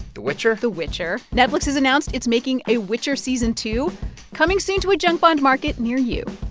the witcher? the witcher. netflix has announced it's making a witcher season two coming soon to a junk bond market near you